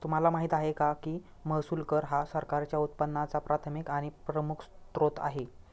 तुम्हाला माहिती आहे का की महसूल कर हा सरकारच्या उत्पन्नाचा प्राथमिक आणि प्रमुख स्त्रोत आहे